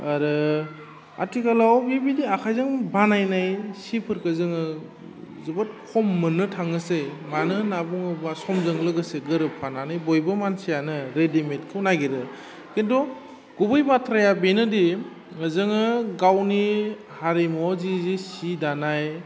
आरो आथिखालाव बिबायदि आखाइजों बानायनाय सिफोरखौ जोङो जोबोद खम मोननो थाङोसै मानो होन्ना बुङोबा समजों लोगोसे गोरोबफानानै बयबो मानसियानो रेडिमेटखौ नायगिरो खिन्थु गुबै बाथ्राया बेनोदि जोङो गावनि हारिमुवाव जि जि सि दानाय